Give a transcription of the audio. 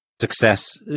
success